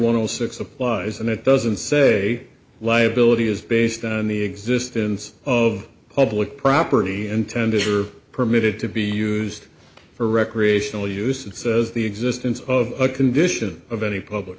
one of the six applies and it doesn't say liability is based on the existence of public property intended or permitted to be used for recreational use it says the existence of a condition of any public